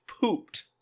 pooped